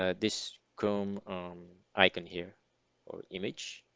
ah this chrome icon here or image